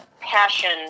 passion